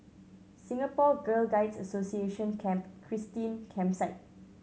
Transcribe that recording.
Singapore Girl Guides Association Camp Christine Campsite